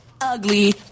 ugly